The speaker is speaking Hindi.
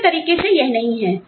दूसरे तरीके से यह नहीं है